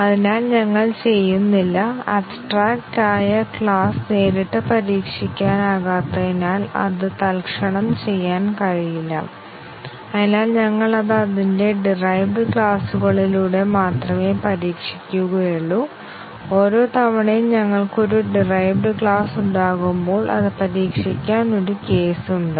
അതിനാൽ ഞങ്ങൾ ചെയ്യുന്നില്ല അബ്സ്ട്രാക്ട് ആയ ക്ലാസ് നേരിട്ട് പരീക്ഷിക്കാനാകാത്തതിനാൽ അത് തൽക്ഷണം ചെയ്യാൻ കഴിയില്ല അതിനാൽ ഞങ്ങൾ അത് അതിന്റെ ഡിറൈവ്ഡ് ക്ലാസുകളിലൂടെ മാത്രമേ പരീക്ഷിക്കുകയുള്ളൂ ഓരോ തവണയും ഞങ്ങൾക്ക് ഒരു ഡിവൈസ്ഡ് ക്ലാസ് ഉണ്ടാകുമ്പോൾ അത് പരീക്ഷിക്കാൻ ഒരു കേസ് ഉണ്ട്